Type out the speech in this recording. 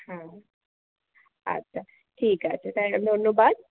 হ্যাঁ আচ্ছা ঠিক আছে তাহলে ধন্যবাদ